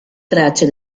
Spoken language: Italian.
tracce